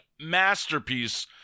masterpiece